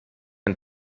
ein